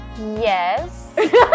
Yes